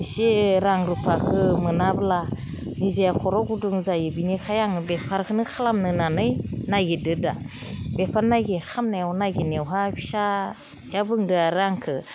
इसे रां रुफाखौ मोनाब्ला निजेया खर' गुदुं जायो बेनिखायनो आं बेफारखौनो खालामनो होननानै नायगिरदों दा बेफारनाखि खालामनायाव नायगिरनायावहा फिसायाबो बुंदो आरो आंखौ